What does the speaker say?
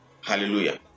Hallelujah